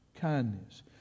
Kindness